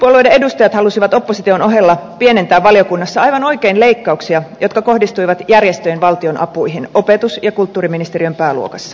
hallituspuolueiden edustajat halusivat opposition ohella pienentää valiokunnassa aivan oikein leikkauksia jotka kohdistuivat järjestöjen valtionapuihin opetus ja kulttuuriministeriön pääluokassa